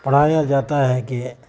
پڑھایا جاتا ہے کہ